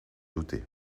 douter